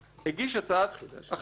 הגיש הצעת חוק,